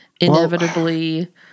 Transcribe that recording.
inevitably